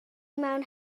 mewn